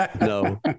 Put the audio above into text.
No